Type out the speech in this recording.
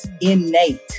innate